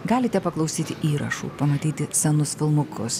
galite paklausyti įrašų pamatyti senus filmukus